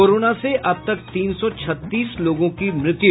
corona से अब तक तीन सौ छत्तीस लोगों की मृत्यु